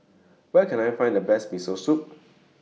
Where Can I Find The Best Miso Soup